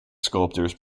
sculptors